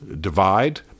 divide